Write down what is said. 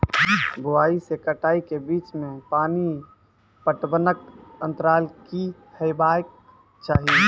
बुआई से कटाई के बीच मे पानि पटबनक अन्तराल की हेबाक चाही?